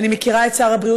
אני מכירה את שר הבריאות,